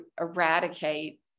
eradicate